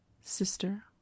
Sister